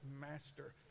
master